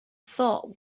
thought